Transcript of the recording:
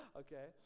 okay